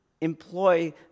employ